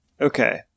Okay